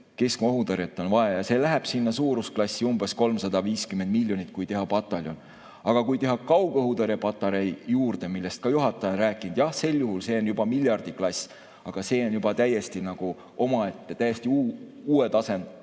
keskmaa õhutõrjet on vaja. See läheb suurusklassi umbes 350 miljonit, kui teha pataljon. Aga kui teha kaugõhutõrjepatarei juurde, millest ka juhataja on rääkinud, sel juhul on see juba miljardiklass, aga see on omaette täiesti uue tasandi